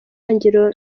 ntangiriro